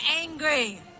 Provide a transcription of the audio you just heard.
angry